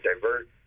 divert